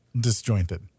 disjointed